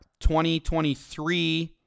2023